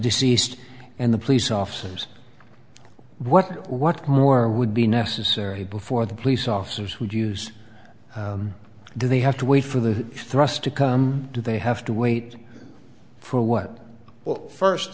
deceased and the police officers what what more would be necessary before the police officers would use do they have to wait for the thrust to come do they have to wait for what well